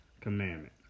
commandment